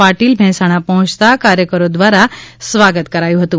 પાટિલ મહેસાણા પહોચતા કાર્યકરો દ્વારા સ્વાગત કરાયું હતું